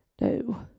No